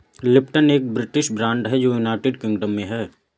Lipton एक British brand है जो यूनाइटेड किंगडम में है